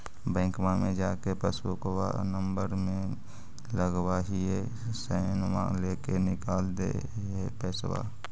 बैंकवा मे जा के पासबुकवा नम्बर मे लगवहिऐ सैनवा लेके निकाल दे है पैसवा?